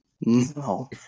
No